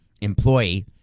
employee